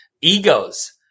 Egos